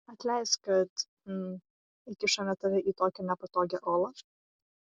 atleisk kad hm įkišome tave į tokią nepatogią olą